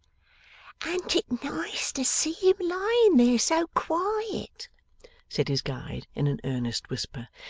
an't it nice to see him lying there so quiet said his guide, in an earnest whisper.